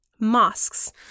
mosques